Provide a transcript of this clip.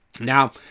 Now